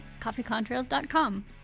coffeecontrails.com